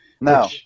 No